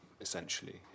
essentially